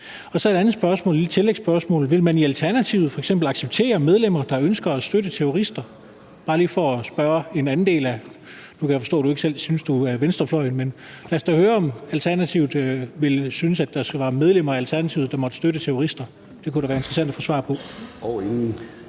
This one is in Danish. Vil man i Alternativet f.eks. acceptere medlemmer, der ønsker at støtte terrorister? Nu kan jeg forstå, at du ikke selv synes, at du tilhører venstrefløjen, men lad os da høre, om Alternativet ville synes, at medlemmer af Alternativet måtte støtte terrorister. Det kunne da være interessant at få svar på.